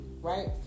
Right